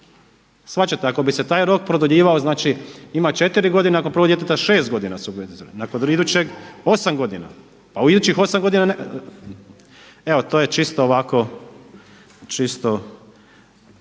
Shvaćate, ako bi se taj rok produljivao znači ima četiri godine, a nakon prvog djeteta šest godina subvencioniranja, nakon idućeg osam godina pa u idućih osam godina. Evo to je čito ovako čisto